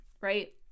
right